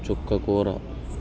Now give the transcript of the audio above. చుక్క కూర